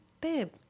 babe